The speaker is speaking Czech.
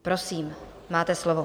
Prosím, máte slovo.